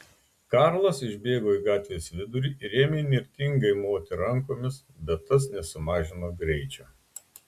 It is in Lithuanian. karlas išbėgo į gatvės vidurį ir ėmė įnirtingai moti rankomis bet tas nesumažino greičio